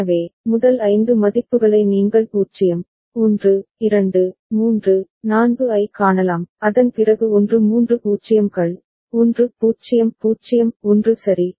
எனவே முதல் 5 மதிப்புகளை நீங்கள் 0 1 2 3 4 ஐக் காணலாம் அதன் பிறகு 1 மூன்று 0 கள் 1 0 0 1 சரி